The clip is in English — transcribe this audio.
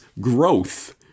growth